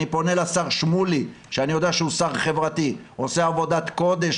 אני פונה לשר שמולי שאני יודע שהוא שר חברתי ועושה עבודת קודש,